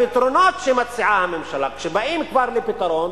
הפתרונות שמציעה הממשלה כשבאים כבר לפתרון,